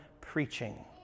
preaching